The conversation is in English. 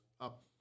up